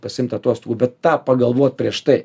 pasiimt atostogų bet tą pagalvot prieš tai